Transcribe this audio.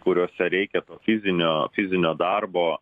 kuriuose reikia to fizinio fizinio darbo